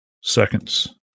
seconds